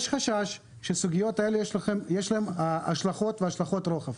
יש חשש שלסוגיות האלה יש השלכות והשלכות רוחב.